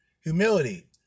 Humility